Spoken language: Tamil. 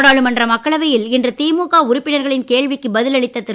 நாடாளுமன்ற மக்களவையில் இன்று திமுக உறுப்பினர்களின் கேள்விக்கு பதில் அளித்த திரு